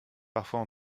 parfois